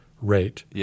rate